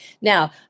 Now